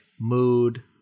mood